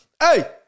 hey